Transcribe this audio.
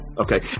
Okay